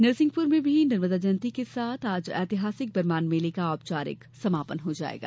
नरसिंहपुर में भी नर्मदा जयंती के साथ आज ऐतिहासिक बरमान मेले का औपचारिक समापन हो जायेगा